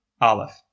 Aleph